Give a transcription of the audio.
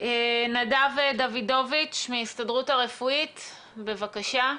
נדב דוידוביץ' מההסתדרות הרפואית בבקשה.